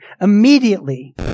Immediately